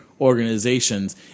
organizations